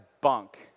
bunk